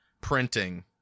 printing